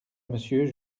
monsieur